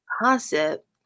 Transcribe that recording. concept